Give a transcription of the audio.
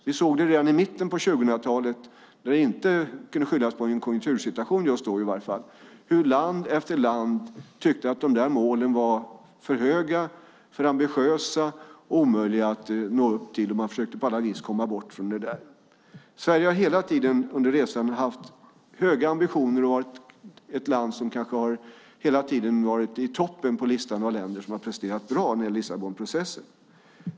Vi såg redan i mitten på 2000-talet, när det just då inte kunde skyllas på en konjunktursituation, hur land efter land tyckte att målen var för höga, för ambitiösa och omöjliga att nå upp till och hur man på alla vis försökte komma bort från dem. Sverige har hela tiden under resan haft höga ambitioner och varit ett land som stått i toppen på listan av länder som har presterat bra när det gäller Lissabonprocessen.